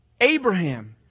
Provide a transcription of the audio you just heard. Abraham